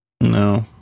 No